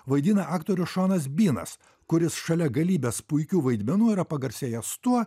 vaidina aktorius šonas bynas kuris šalia galybės puikių vaidmenų yra pagarsėjęs tuo